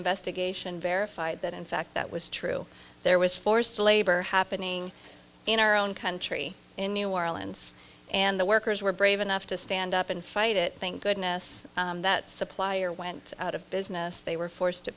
investigation verified that in fact that was true there was forced labor happening in our own country in new orleans and the workers were brave enough to stand up and fight it thank goodness that supplier went out of business they were forced to